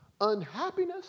unhappiness